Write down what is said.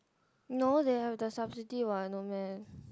no they have the subsidy what no meh